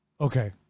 okay